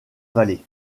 vallée